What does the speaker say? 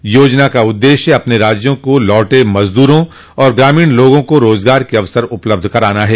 इस योजना का उद्देश्य अपने राज्यों को लौटे मजदूरों और ग्रामीण लोगों को रोजगार के अवसर उपलब्ध कराना है